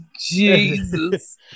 Jesus